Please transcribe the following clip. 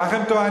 כך הם טוענים.